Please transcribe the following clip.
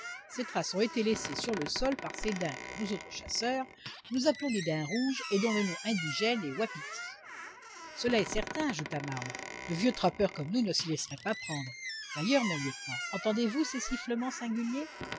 ces traces ont été laissées sur le sol par ces daims que nous autres chasseurs nous appelons des daims rouges et dont le nom indigène est wapiti cela est certain ajouta marbre de vieux trappeurs comme nous ne s'y laisseraient pas prendre d'ailleurs mon lieutenant entendez-vous ces sifflements singuliers